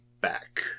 back